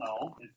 no